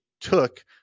took